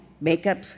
makeup